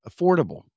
Affordable